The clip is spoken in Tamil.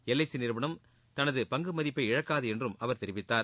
எல் ஐ சி நிறுவனம் தனது பங்கு மதிப்பை இழக்காது என்றும் அவர் தெரிவித்தார்